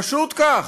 פשוט כך.